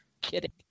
Kidding